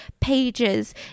pages